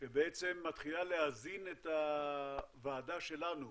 שמתחילה להזין את הוועדה שלנו